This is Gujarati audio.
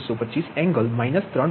98625 એંગલ માઇનસ 3